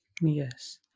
Yes